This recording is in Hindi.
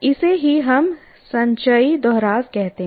इसे ही हम संचयी दोहराव कहते हैं